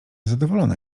zadowolona